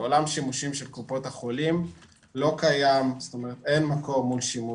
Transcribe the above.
בעולם שימושים של קופות החולים אין מקור מול שימוש.